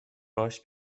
باهاش